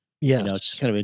Yes